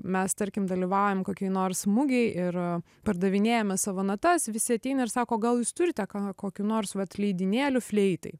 mes tarkim dalyvaujam kokioj nors mugėj ir pardavinėjame savo natas visi ateina ir sako gal jūs turite kokių nors vat leidinėlių fleitai